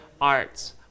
arts